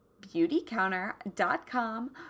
beautycounter.com